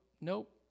nope